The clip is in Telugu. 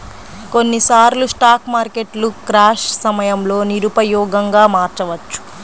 కొన్నిసార్లు స్టాక్ మార్కెట్లు క్రాష్ సమయంలో నిరుపయోగంగా మారవచ్చు